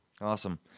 Awesome